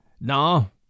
No